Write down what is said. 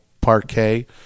parquet